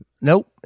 Nope